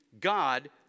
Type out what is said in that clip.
God